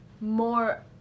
more